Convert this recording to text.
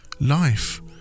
Life